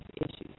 issues